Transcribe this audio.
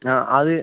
ஆ அது